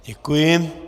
Děkuji.